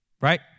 Right